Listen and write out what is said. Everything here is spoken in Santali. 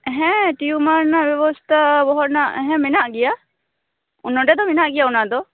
ᱦᱮᱸ ᱴᱤᱭᱩᱢᱟᱨ ᱨᱮᱱᱟᱜ ᱵᱮᱵᱚᱥᱛᱟ ᱵᱚᱦᱚᱜ ᱨᱮᱱᱟᱜ ᱢᱮᱱᱟᱜ ᱜᱮᱭᱟ ᱱᱚᱰᱮ ᱫᱚ ᱢᱮᱱᱟᱜ ᱜᱮᱭᱟ ᱚᱱᱟ ᱫᱚ